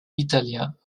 italien